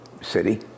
city